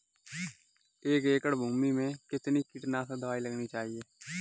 एक एकड़ भूमि में कितनी कीटनाशक दबाई लगानी चाहिए?